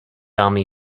army